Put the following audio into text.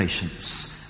patience